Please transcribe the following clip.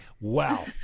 Wow